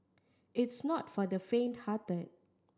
it's not for the fainthearted